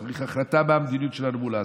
צריך החלטה מה המדיניות שלנו מול עזה.